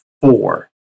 four